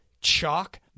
chalk